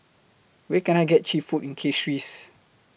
Where Can I get Cheap Food in Castries